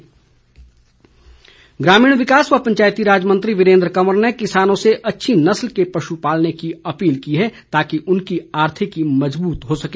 वीरेंद्र कंवर ग्रामीण विकास व पंचायती राज मंत्री वीरेंद्र कंवर ने किसानों से अच्छी नस्ल के पशु पालने की अपील की है ताकि उनकी आर्थिकी मज़बूत हो सके